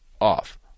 off